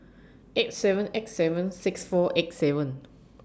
eight seven eight seven six four eight seven